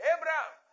Abraham